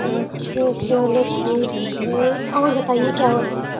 अच्छा चलो ठीक है और बताइए क्या हो रहा है